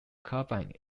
cabinet